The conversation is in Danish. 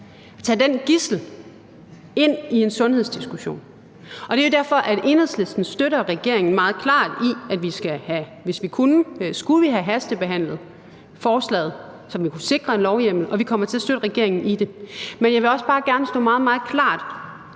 – som gidsel ind i en sundhedsdiskussion. Og det er jo derfor, at Enhedslisten meget klart støtter regeringen i, at hvis vi kunne, skulle vi have hastebehandlet forslaget, som ville kunne sikre en lovhjemmel, og vi kommer til at støtte regeringen i det. Men jeg vil også bare gerne gøre meget,